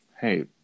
Hey